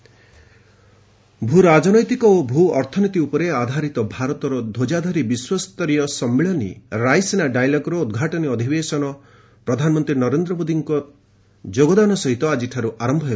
ରାଇସିନା ଭୂ ରାଜନୀତି ଓ ଭୂ ଅର୍ଥନୀତି ଉପରେ ଆଧାରିତ ଭାରତର ଧୁଜାଧାରୀ ବିଶ୍ୱସ୍ତରୀୟ ସମ୍ମିଳନୀ ରାଇସିନା ଡାଇଲଗ୍ ର ଉଦ୍ଘାଟନୀ ଅଧିବେଶନ ପ୍ରଧାନମନ୍ତ୍ରୀ ନରେନ୍ଦ୍ର ମୋଦୀଙ୍କ ଯୋଗଦାନ ସହିତ ଆଜିଠାରୁ ଆରମ୍ଭ ହେବ